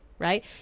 right